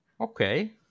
Okay